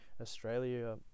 Australia